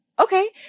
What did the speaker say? okay